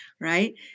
Right